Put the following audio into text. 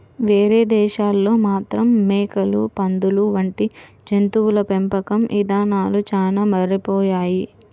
వేరే దేశాల్లో మాత్రం మేకలు, పందులు వంటి జంతువుల పెంపకం ఇదానాలు చానా మారిపోయాయి